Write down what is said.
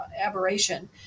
aberration